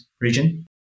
region